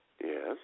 Yes